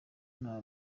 nta